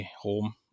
home